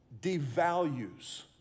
devalues